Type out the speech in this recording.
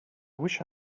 wish